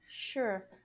Sure